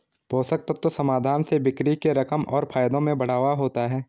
पोषक तत्व समाधान से बिक्री के रकम और फायदों में बढ़ावा होता है